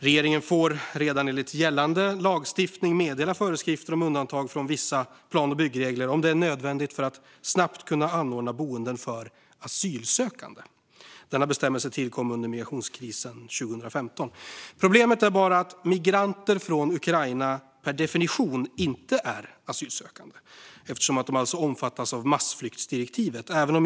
Regeringen får redan enligt gällande lagstiftning meddela föreskrifter om undantag från vissa plan och byggregler om det är nödvändigt för att snabbt kunna anordna boenden för asylsökande. Denna bestämmelse tillkom under migrationskrisen 2015. Problemet är bara att migranter från Ukraina per definition inte är asylsökande, eftersom de omfattas av massflyktsdirektivet.